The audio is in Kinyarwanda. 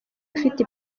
afite